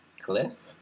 Cliff